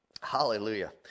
Hallelujah